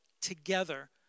together